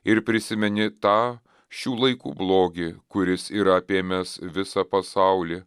ir prisimeni tą šių laikų blogį kuris yra apėmęs visą pasaulį